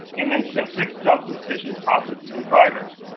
and then step six, dump suspicious processes and drivers.